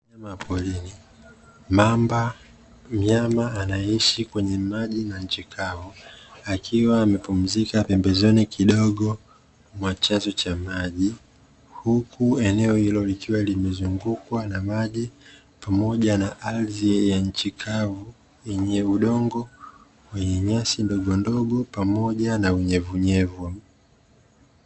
Mnyama wa porini, mamba mnyama anayeishi kwenye maji na nchi kavu, akiwa amepumzika pembezoni kidogo mwa chanzo cha maji, huku eneo hilo likiwa limezungukwa na maji, pamoja na ardhi ya nchi kavu, yenye udongo wenye nyasi ndogo ndogo pamoja na unyevunyevu.